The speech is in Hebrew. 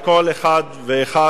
לתיקון פקודת בריאות העם (איסור הפלרה של מי השתייה),